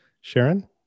Sharon